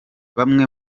bamwe